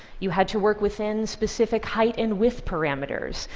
you had to work within specific height and width parameters.